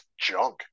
junk